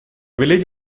village